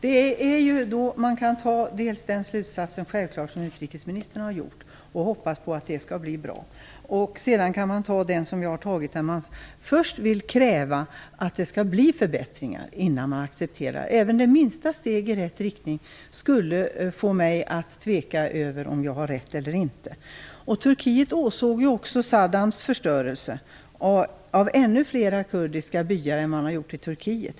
Fru talman! Man kan självklart dra den slutsats som utrikesministern har dragit och hoppas att det skall bli bra. Men man kan också dra den slutsats som jag har dragit, att man först vill kräva att det skall bli förbättringar innan man accepterar. Även ett minsta steg i rätt riktning skulle få mig att tveka om jag har rätt. Turkiet åsåg också Saddams förstörelse av ännu flera kurdiska byar än i Turkiet.